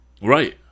Right